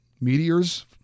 meteors